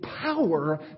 power